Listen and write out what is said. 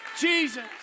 Jesus